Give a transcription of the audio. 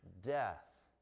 death